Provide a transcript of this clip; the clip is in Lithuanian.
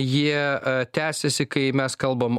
jie tęsiasi kai mes kalbam